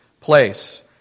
place